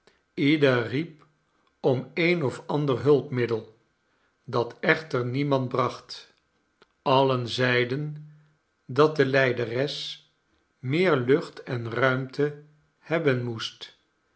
ieder riep om een of ander hulpmiddel dat echter niemand bracht alien zeiden dat de lijderes meer lucht en ruimte hebben moest